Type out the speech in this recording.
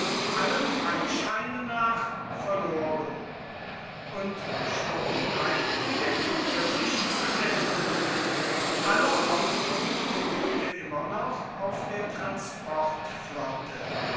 allem anscheine nach verloren und schon neigte der winter sich zu ende alle hoffnung beruhte immer noch auf der